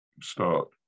start